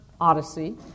odyssey